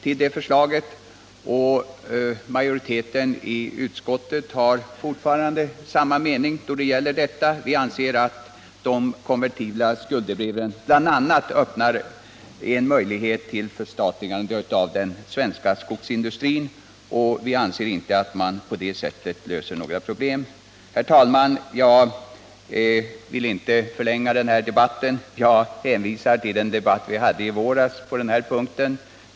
Utskottsmajoriteten är fortfarande av samma mening och anser att de konvertibla skuldebreven bl.a. öppnar en möjlighet till förstatligande av den svenska skogsindustrin. Vi tycker inte att man på det sättet löser några problem. Herr talman! Jag skall inte förlänga debatten utan hänvisar till den debatt som vi förde i våras på den här punkten.